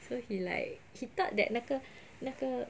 so he like he thought that 那个那个